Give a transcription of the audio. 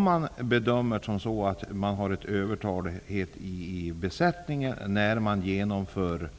Blir bedömningen att en del av besättningen är övertalig,